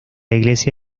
iglesia